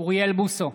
אוריאל בוסו,